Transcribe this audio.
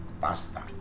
pasta